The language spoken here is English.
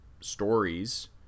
stories